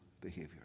behavior